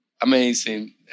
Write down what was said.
amazing